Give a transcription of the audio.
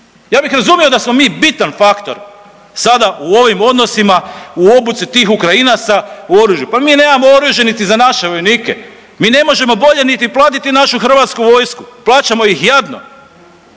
Ja bih razumio da smo mi bitan faktor sada u ovim odnosima u obuci tih Ukrajinaca u oružju. Pa mi nemamo oružja niti za naše vojnike. Mi ne možemo bolje niti platiti našu Hrvatsku vojsku, plaćamo ih jadno.